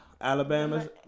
Alabama